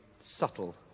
subtle